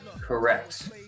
Correct